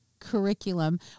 curriculum